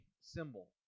symbol